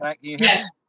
Yes